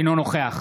אינו נוכח